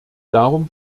darum